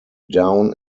down